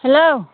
hello